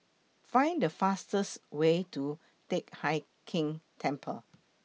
Find The fastest Way to Teck Hai Keng Temple